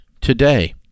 Today